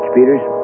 Peters